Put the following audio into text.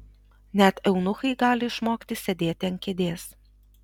net eunuchai gali išmokti sėdėti ant kėdės